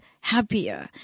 happier